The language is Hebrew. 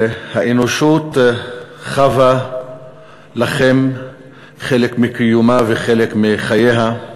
שהאנושות חבה לכם חלק מקיומה וחלק מחייה,